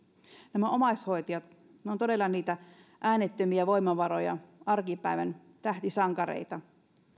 nämä omaishoitajat ovat todella niitä äänettömiä voimavaroja arkipäivän tähtisankareita